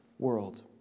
world